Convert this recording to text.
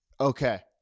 Okay